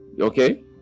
okay